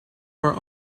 our